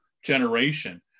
Generation